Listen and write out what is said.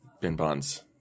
Bin-Bond's